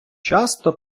часто